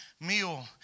meal